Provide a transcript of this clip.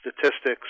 statistics